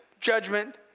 judgment